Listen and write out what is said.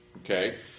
okay